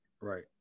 Right